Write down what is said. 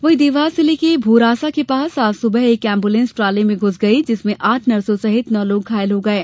वही देवास जिले के भोरासा के पास आज सुबह एक एम्बुलेंस ट्राले में घुस गयी जिससे आठ नर्सो सहित नौ लोग घायल हो गये